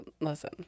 listen